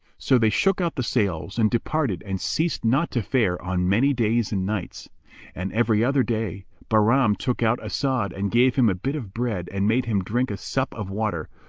so they shook out the sails and departed and ceased not to fare on many days and nights and, every other day, bahram took out as'ad and gave him a bit of bread and made him drink a sup of water,